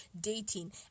dating